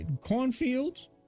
Cornfields